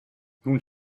nun